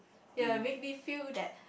ya make me feel that